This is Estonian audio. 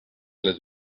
jälle